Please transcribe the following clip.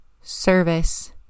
service